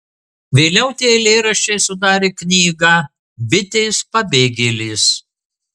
vėliau tie eilėraščiai sudarė knygą bitės pabėgėlės